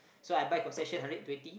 so I buy concession hundred twenty